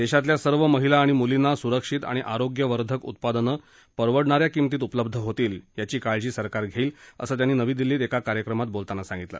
देशातल्या सर्व महिला आणि मुलींना सुरक्षित आणि आरोग्यवर्धक उत्पादनं परवडणा या किंमतीत उपलब्ध होतील अशी काळजी सरकार घेईल असं त्यांनी नवी दिल्लीत एका कार्यक्रमात बोलताना सांगितलं